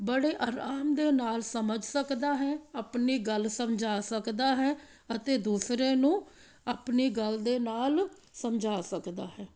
ਬੜੇ ਅਰਾਮ ਦੇ ਨਾਲ ਸਮਝ ਸਕਦਾ ਹੈ ਆਪਣੀ ਗੱਲ ਸਮਝਾ ਸਕਦਾ ਹੈ ਅਤੇ ਦੂਸਰੇ ਨੂੰ ਆਪਣੀ ਗੱਲ ਦੇ ਨਾਲ ਸਮਝਾ ਸਕਦਾ ਹੈ